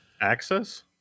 Access